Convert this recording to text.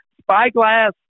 Spyglass